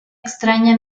extraña